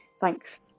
Thanks